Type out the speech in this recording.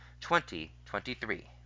2023